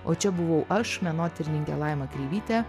o čia buvau aš menotyrininkė laima kreivytė